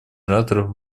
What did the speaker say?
ораторов